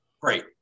great